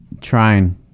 trying